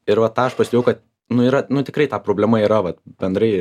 ir va tą aš pastebėjau kad nu yra nu tikrai ta problema yra vat bendrai